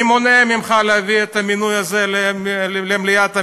מי מונע ממך להביא את המינוי הזה למליאת הממשלה?